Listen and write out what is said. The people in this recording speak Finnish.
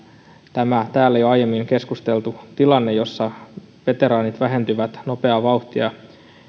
tämä täällä jo aiemmin keskusteltu tilanne jossa veteraanit vähentyvät nopeaa vauhtia